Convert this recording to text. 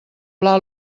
pla